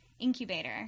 incubator